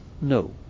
No